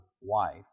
wife